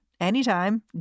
anytime